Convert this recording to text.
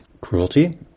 cruelty